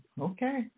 Okay